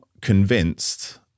convinced